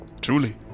Truly